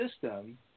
system